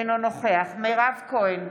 אינו נוכח מירב כהן,